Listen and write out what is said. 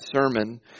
sermon